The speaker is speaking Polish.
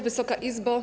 Wysoka Izbo!